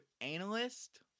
analyst